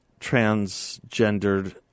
transgendered